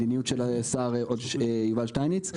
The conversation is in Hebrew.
מדיניות של השר יובל שטייניץ,